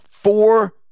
four